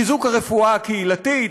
חיזוק הרפואה הקהילתית,